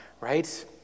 right